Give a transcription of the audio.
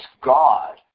God